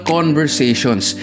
Conversations